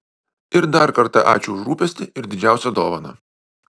ir dar kartą ačiū už rūpestį ir didžiausią dovaną